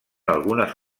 algunes